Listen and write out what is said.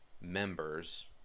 members